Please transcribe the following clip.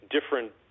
different